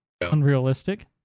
unrealistic